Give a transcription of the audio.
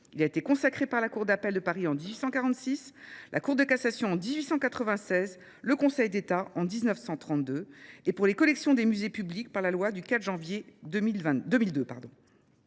Il a été consacré par la Cour d'appel de Paris en 1846, la Cour de cassation en 1896, le Conseil d'État en 1932 et pour les collections des musées publics par la loi du 4 janvier 2002.